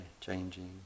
changing